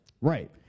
right